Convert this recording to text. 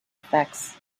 effects